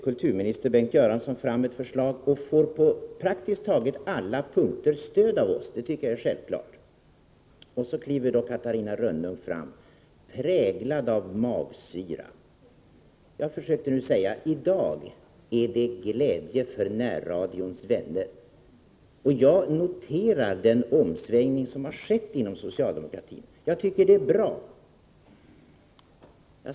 Kulturminister Bengt Göransson lägger nu fram ett förslag och får på praktiskt taget alla punkter stöd av oss. Det tycker jag är självklart. Så kliver Catharina Rönnung fram, präglad av magsyra. I dag råder det glädje hos närradions vänner. Jag noterar den omsvängning som har skett inom socialdemokratin. Den är bra.